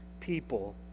people